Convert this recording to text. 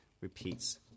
repeats